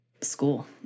school